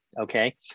Okay